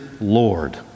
Lord